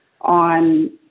on